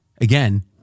again